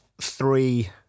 three